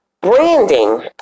Branding